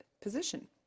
position